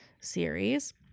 series